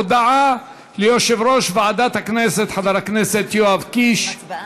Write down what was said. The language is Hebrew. הודעה ליושב-ראש ועדת הכנסת חבר הכנסת יואב קיש.